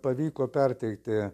pavyko perteikti